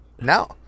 No